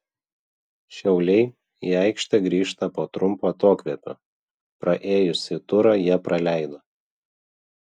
šiauliai į aikštę grįžta po trumpo atokvėpio praėjusį turą jie praleido